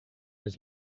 his